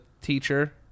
teacher